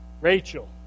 Rachel